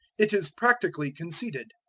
it is practically conceded.